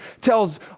tells